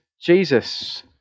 Jesus